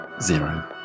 zero